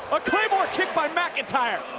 a claymore kick by mcintyre!